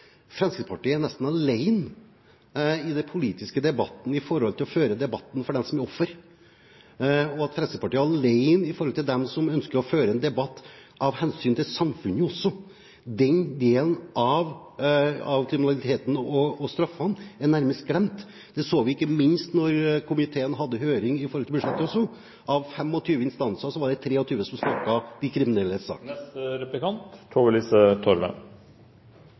Fremskrittspartiet nesten er alene i den politiske debatten når det gjelder å føre debatten for dem som er offer, og at Fremskrittspartiet også er alene når det gjelder å føre en debatt av hensyn til samfunnet. Den delen av kriminaliteten og straffene er nærmest glemt. Det så vi ikke minst da komiteen hadde høring – av 25 instanser var det 23 som talte de